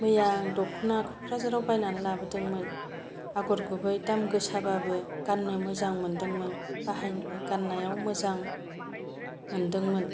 मैया आं दखना क'क्राझाराव बायनानै लाबोदोंमोन आगर गुबै दाम गोसाबाबो गाननो मोजां मोनदोंमोन बाहायनाय गान्नायाव मोजां मोनदोंमोन